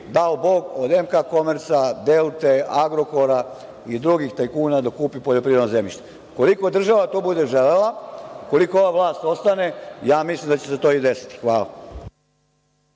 da kupi od MK Komerca, od „Delte“, „Agrokora“ i drugih tajkuna poljoprivredno zemljište. Ukoliko država to bude želela, ukoliko ova vlast ostane, ja mislim da će se to i desiti. Hvala.